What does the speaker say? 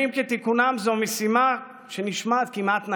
בימים כתיקונם זו משימה שנשמעת כמעט נאיבית,